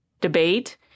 debate